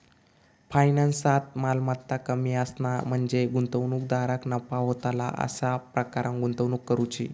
फायनान्सात, मालमत्ता कमी असणा म्हणजे गुंतवणूकदाराक नफा होतला अशा प्रकारान गुंतवणूक करुची